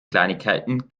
kleinigkeiten